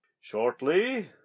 Shortly